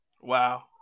Wow